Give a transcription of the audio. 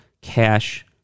cash